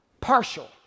Partial